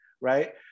Right